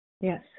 Yes